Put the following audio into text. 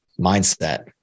mindset